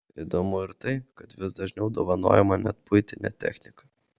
įdomu ir tai kad vis dažniau dovanojama net buitinė technika